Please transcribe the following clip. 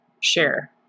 share